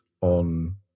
on